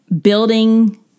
building